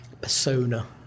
persona